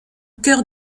cœur